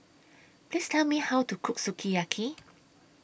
Please Tell Me How to Cook Sukiyaki